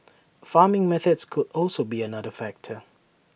farming methods could also be another factor